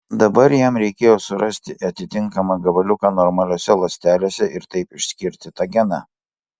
dabar jam reikėjo surasti atitinkamą gabaliuką normaliose ląstelėse ir taip išskirti tą geną